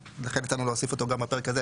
ומחייב אותנו להוסיף אותו גם בפרק הזה.